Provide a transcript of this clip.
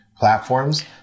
Platforms